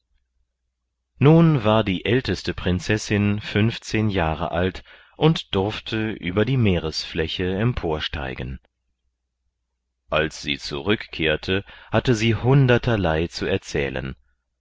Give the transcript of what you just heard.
nun war die älteste prinzessin fünfzehn jahre alt und durfte über die meeresfläche emporsteigen als sie zurückkehrte hatte sie hunderterlei zu erzählen